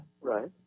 Right